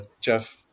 Jeff